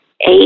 eight